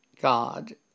God